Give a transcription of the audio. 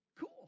cool